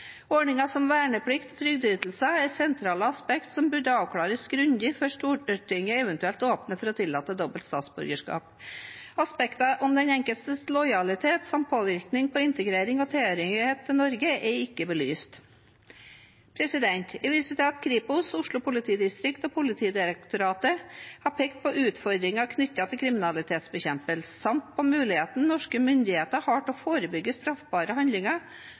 Ordninger som verneplikt og trygdeytelser er sentrale aspekter som burde avklares grundig før Stortinget eventuelt åpner for å tillate dobbelt statsborgerskap. Aspekter som den enkeltes lojalitet samt påvirkning på integrering og tilhørighet til Norge er ikke belyst. Jeg viser til at Kripos, Oslo politidistrikt og Politidirektoratet har pekt på utfordringer knyttet til kriminalitetsbekjempelse samt på muligheten norske myndigheter har til å forebygge straffbare handlinger